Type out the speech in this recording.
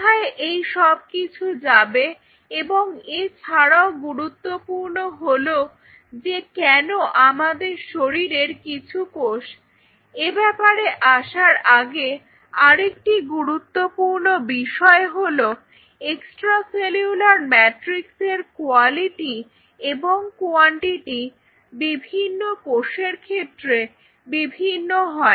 কোথায় এই সবকিছু যাবে এবং এছাড়াও গুরুত্বপূর্ণ হল যে কেন আমাদের শরীরের কিছু কোষ এ ব্যাপারে আসার আগে আরেকটি গুরুত্বপূর্ণ বিষয় হল এক্সট্রা সেলুলার ম্যাট্রিক্স এর কোয়ালিটি এবং কোয়ান্টিটি বিভিন্ন কোষের ক্ষেত্রে বিভিন্ন হয়